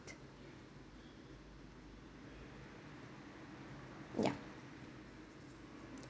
yup